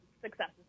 successes